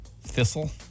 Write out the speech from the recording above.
Thistle